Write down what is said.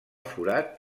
forat